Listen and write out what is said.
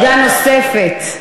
עמדה נוספת,